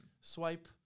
swipe